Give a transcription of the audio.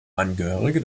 angehörige